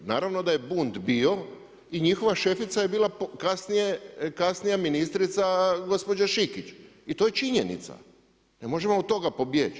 Naravno da je bunt bio i njihova šefica je bila kasnija ministrica gospođe Šikić i to je činjenica, ne možemo od toga pobjeći.